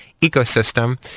ecosystem